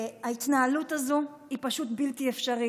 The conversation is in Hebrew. ההתנהלות הזו היא פשוט בלתי אפשרית.